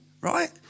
right